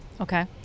Okay